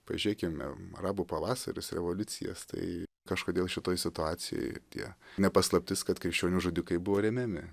pažėkime arabų pavasaris revoliucijas tai kažkodėl šitoj situacijoj tie ne paslaptis kad krikščionių žudikai buvo remiami